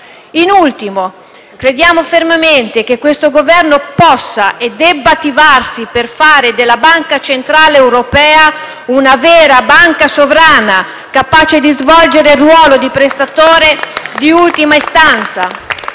In ultimo, crediamo fermamente che questo Governo possa e debba attivarsi per fare della Banca centrale europea una vera banca sovrana, capace di svolgere il ruolo di prestatore di ultima istanza.